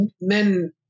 men